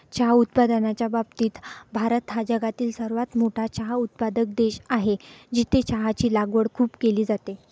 चहा उत्पादनाच्या बाबतीत भारत हा जगातील सर्वात मोठा चहा उत्पादक देश आहे, जिथे चहाची लागवड खूप केली जाते